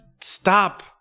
stop